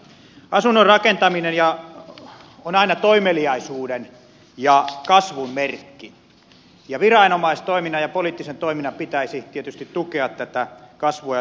asunnon rakentaminen on aina toimeliaisuuden ja kasvun merkki ja viranomaistoiminnan ja poliittisen toiminnan pitäisi tietysti tukea tätä kasvua ja toimeliaisuutta